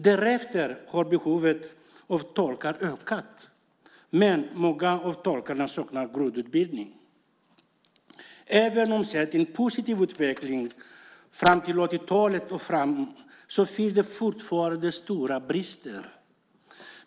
Därefter har behovet av tolkar ökat, men många av tolkarna saknar grundutbildning. Även om det har skett en positiv utveckling från 80-talet och framåt finns det fortfarande stora brister.